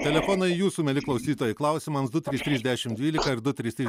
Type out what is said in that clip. telefonai jūsų mieli klausytojai klausimams du trys trys dešimt dvylika ir du trys trys